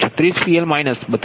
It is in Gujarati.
80 ની વચ્ચે હશે